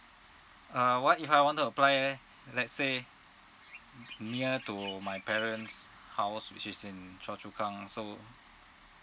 uh what if I want to apply let's say near to my parents' house which is in choa chu kang so